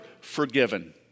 forgiven